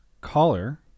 Caller